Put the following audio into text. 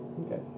Okay